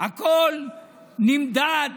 הכול נמדד